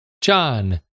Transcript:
John